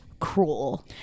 cruel